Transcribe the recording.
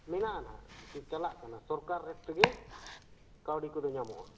ᱢᱮᱱᱟ ᱟᱱᱦᱟᱜ ᱪᱟᱞᱟᱜ ᱠᱟᱱᱟ ᱥᱚᱨᱠᱟᱨ ᱨᱮᱴ ᱛᱮᱜᱮ ᱠᱟᱹᱣᱰᱤ ᱠᱚᱫᱚ ᱧᱟᱢᱚᱜᱼᱟ